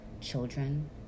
children